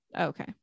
okay